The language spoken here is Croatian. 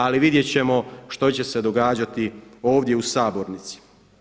Ali vidjet ćemo što će se događati ovdje u sabornici.